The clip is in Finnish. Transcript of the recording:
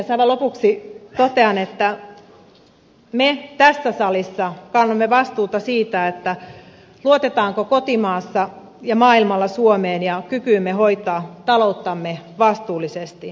aivan lopuksi totean että me tässä salissa kannamme vastuuta siitä luotetaanko kotimaassa ja maailmalla suomeen ja kykyymme hoitaa talouttamme vastuullisesti